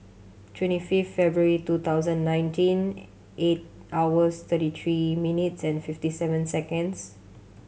twenty fifth February two thousand and nineteen eight hours thirty three minutes and fifty seven seconds